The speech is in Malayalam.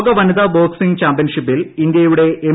ലോകവനിതാ ബോക്സിങ് ചാമ്പ്യൻഷിപ്പിൽ ഇന്ത്യയുടെ എം